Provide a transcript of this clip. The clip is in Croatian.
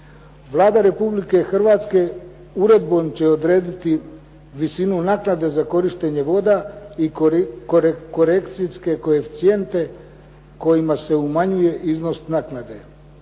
Vlada Republike Hrvatske uredbom će odrediti visinu naknade za korištenje voda i korekcijske koeficijente kojima se umanjuje iznos naknade.